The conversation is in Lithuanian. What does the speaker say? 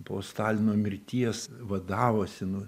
po stalino mirties vadavosi nu